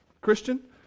Christian